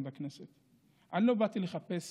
אני לא באתי לחפש